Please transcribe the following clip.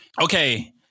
Okay